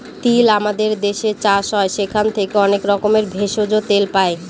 তিল আমাদের দেশে চাষ হয় সেখান থেকে অনেক রকমের ভেষজ, তেল পাই